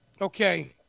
Okay